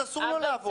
ילד, אסור לו לעבור.